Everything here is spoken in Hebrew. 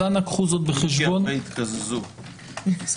יש